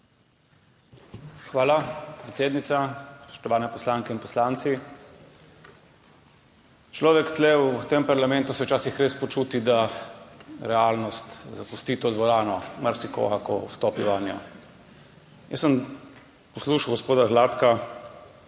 Hvala, predsednica. Spoštovani poslanke in poslanci! Človek se tu v tem parlamentu včasih res počuti, da realnost zapusti to dvorano, marsikoga, ko vstopi vanjo. Jaz sem poslušal gospoda Gladka